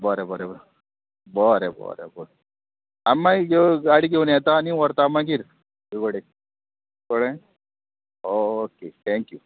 बरें बरें बरें बरें बरें आ मागी गाडी घेवन येता आनी व्हरता मागीर कडे कळ्ळें ओके थँक्यू